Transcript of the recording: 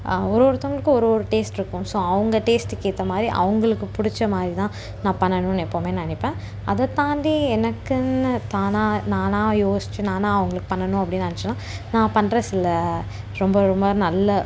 ஒரு ஒருத்தவர்களுக்கும் ஒரு ஒரு டேஸ்ட்யிருக்கும் ஸோ அவங்க டேஸ்ட்டுக்கு ஏற்ற மாதிரி அவங்களுக்கு பிடிச்ச மாதிரிதான் நான் பண்ணணுன்னு நான் எப்பவுமே நினைப்பேன் அதை தாண்டி எனக்குன்னு தானாக நானாக யோசித்து நானாக அவங்களுக்கு பண்ணணும் அப்படினு நினைச்சேன்னா நான் பண்ணுற சில ரொம்ப ரொம்ப நல்ல